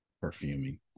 perfuming